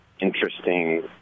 interesting